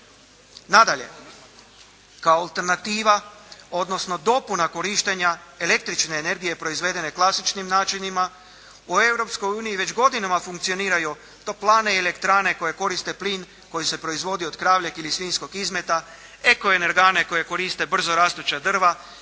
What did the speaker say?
Nadalje kao alternativa odnosno dopuna korištenja električne energije proizvedene klasičnim načinima u Europskoj uniji već godinama funkcioniraju toplane i elektrane koje koriste plin koji se proizvodi od kravljeg ili svinjskog izmeta, ekoenergane koje koriste brzorastuća drva,